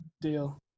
Deal